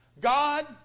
God